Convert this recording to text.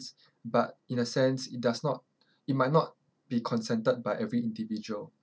but in a sense it does not it might not be consented by every individual